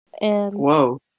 Whoa